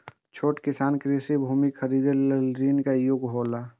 छोट किसान कृषि भूमि खरीदे लेल ऋण के योग्य हौला?